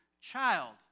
child